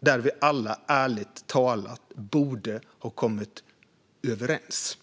där vi alla ärligt talat borde ha kommit överens.